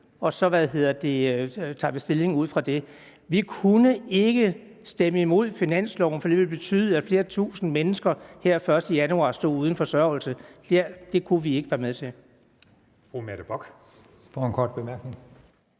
og så tager vi stilling ud fra det. Vi kunne ikke stemme imod finansloven, for det ville betyde, at flere tusinde mennesker her den 1. januar stod uden forsørgelse. Det kunne vi ikke være med til.